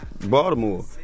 Baltimore